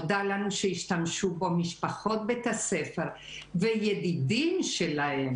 נודע לנו שהשתמשו בו משפחות בית הספר וידידים שלהם